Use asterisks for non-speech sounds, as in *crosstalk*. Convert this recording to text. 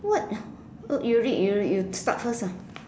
what *noise* you read you read you start first ah